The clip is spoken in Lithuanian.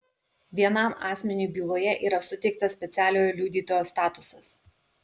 vienam asmeniui byloje yra suteiktas specialiojo liudytojo statusas